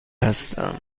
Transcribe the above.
هستم